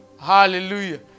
Hallelujah